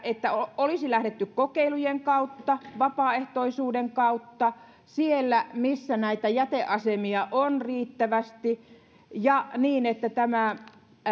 että olisi lähdetty kokeilujen kautta vapaaehtoisuuden kautta siellä missä näitä jäteasemia on riittävästi ja niin että tämä